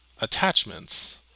attachments